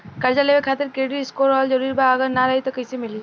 कर्जा लेवे खातिर क्रेडिट स्कोर रहल जरूरी बा अगर ना रही त कैसे मिली?